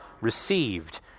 received